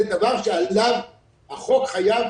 זה דבר שהחוק חייב